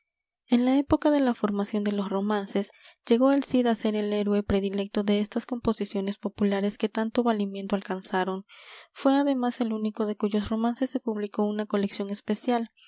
en la época de la formación de los romances llegó el cid á ser el héroe predilecto de estas composiciones populares que tanto valimiento alcanzaron fué además el único de cuyos romances se publicó una colección especial